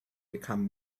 become